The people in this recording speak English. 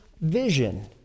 vision